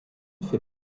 fait